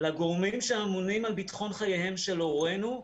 לגורמים שאמונים על ביטחון חייהם של הורינו,